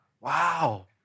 Wow